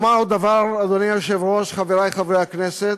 אומר עוד דבר, אדוני היושב-ראש, חברי חברי הכנסת,